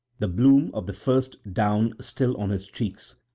the bloom of the first down still on his cheeks,